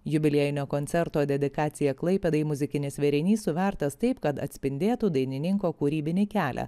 jubiliejinio koncerto dedikacija klaipėdai muzikinis vėrinys suvertas taip kad atspindėtų dainininko kūrybinį kelią